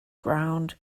ground